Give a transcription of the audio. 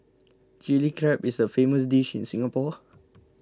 Chilli Crab is a famous dish in Singapore